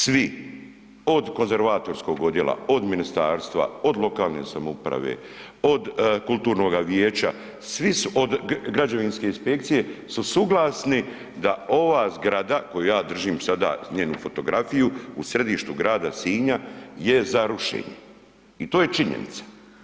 Svi, od konzervatorskog odjela, od ministarstva, od lokalne samouprave, od kulturnoga vijeća, svi su, od građevinske inspekcije, su suglasni da ova zgrada koju ja držim sada, njenu fotografiju, u središtu grada Sinja je za rušenje i to je činjenica.